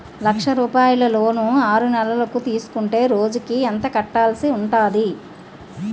లక్ష రూపాయలు లోన్ ఆరునెలల కు తీసుకుంటే రోజుకి ఎంత కట్టాల్సి ఉంటాది?